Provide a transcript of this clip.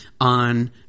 on